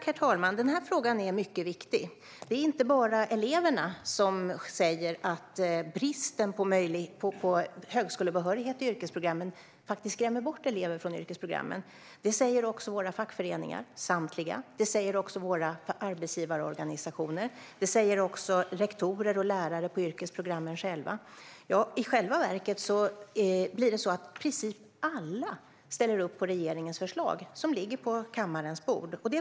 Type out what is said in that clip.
Herr talman! Den här frågan är mycket viktig. Det är inte bara eleverna som säger att bristen på högskolebehörighet skrämmer bort elever från yrkesprogrammen. Det säger också samtliga fackföreningar, arbetsgivarorganisationer, rektorer och lärare på yrkesprogrammen. I själva verket ställer i princip alla upp på regeringens förslag som ligger på kammarens bord.